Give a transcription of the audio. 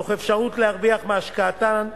תוך אפשרות להרוויח מהשקעתן בכך,